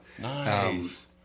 Nice